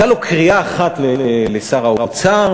לשר האוצר